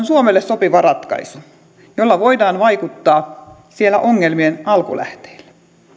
suomelle sopiva ratkaisu jolla voidaan vaikuttaa siellä ongelmien alkulähteillä